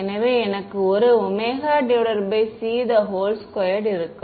எனவே எனக்கு ஒரு ωc2 இருக்கும்